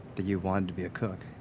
that you wanted to be a cook?